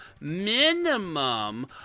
minimum